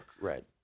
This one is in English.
right